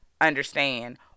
understand